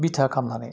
बिथा खालामनानै